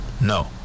No